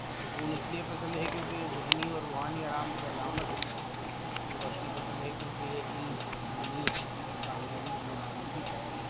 سکون اس لیے پسند ہے کیونکہ یہ ذہنی اور روحانی آرام کی علامت ہے روشنی پسند ہےکیونکہ یہ علم امید اور کامیابی کی نمائندگی کرتی ہے